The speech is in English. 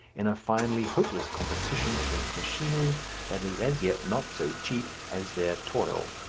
in a finally hopeless competition against machinery that is as yet not so cheap as their toil.